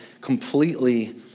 completely